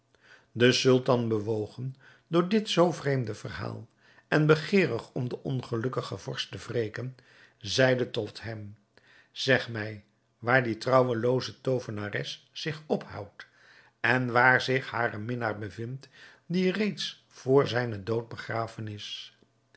de sultan bewogen door dit zoo vreemde verhaal en begeerig om den ongelukkigen vorst te wreken zeide tot hem zeg mij waar die trouwelooze toovenares zich ophoudt en waar zich haren minnaar bevindt die reeds vr zijnen dood begraven is